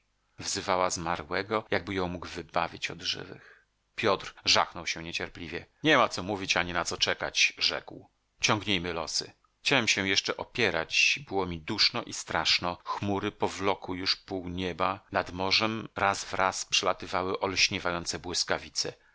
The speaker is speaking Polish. tomasz wzywała zmarłego jakby ją mógł wybawić od żywych piotr żachnął się niecierpliwie niema co mówić ani na co czekać rzekł ciągnijmy losy chciałem się jeszcze opierać było mi duszno i straszno chmury powlokły już pół nieba nad morzem raz wraz przelatywały olśniewające błyskawice